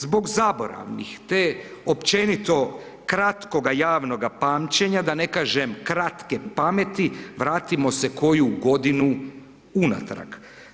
Zbog zaboravnih, te općenito kratkoga javnoga pamćenja, da ne kažem, kratke pameti, vratimo se koju godinu unatrag.